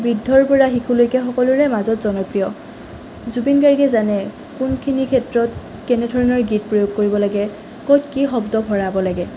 বৃদ্ধৰ পৰা শিশুলৈকে সকলোৰে মাজত জনপ্ৰিয় জুবিন গাৰ্গে জানে কোনখিনি ক্ষেত্ৰত কেনেধৰণৰ গীত প্ৰয়োগ কৰিব লাগে ক'ত কি শব্দ ভৰাব লাগে